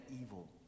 evil